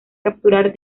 capturar